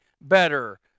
better